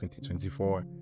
2024